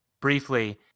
briefly